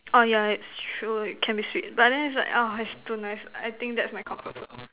oh yeah it's true it can be sweet but then its like ah it's too nice I think thats my comfort food